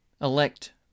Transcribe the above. elect